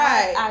Right